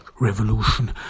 Revolution